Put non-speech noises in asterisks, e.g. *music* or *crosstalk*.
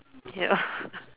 ya *laughs*